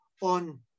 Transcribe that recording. on